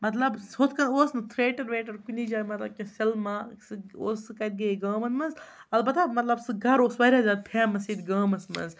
مطلب ہُتھ کَن اوس نہٕ ٹھیٹر ویٹر کُنی جایہِ مطلب کہِ سِنما سُہ اوس سُہ کَتہِ گٔیے گامَن منٛز البتہ مطلب سُہ گَرٕ اوس واریاہ زیادٕ فیمَس ییٚتہِ گامَس منٛز